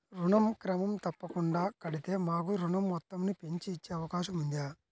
ఋణం క్రమం తప్పకుండా కడితే మాకు ఋణం మొత్తంను పెంచి ఇచ్చే అవకాశం ఉందా?